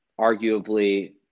arguably